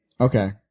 Okay